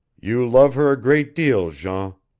you love her a great deal, jean.